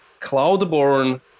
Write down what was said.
cloud-born